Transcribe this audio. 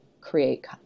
create